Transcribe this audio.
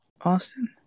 Austin